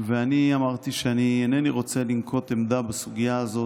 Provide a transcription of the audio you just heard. אני אמרתי שאינני רוצה לנקוט עמדה בסוגיה הזו